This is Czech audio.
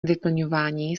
vyplňování